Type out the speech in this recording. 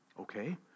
Okay